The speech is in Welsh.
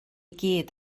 gyd